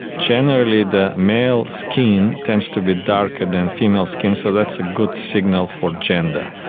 generally the male skin tends to be darker than female skin, so that's a good signal for gender.